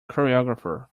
choreographer